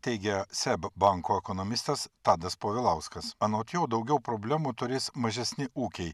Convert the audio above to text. teigia seb banko ekonomistas tadas povilauskas anot jo daugiau problemų turės mažesni ūkiai